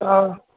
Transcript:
हा